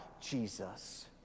Jesus